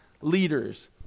leaders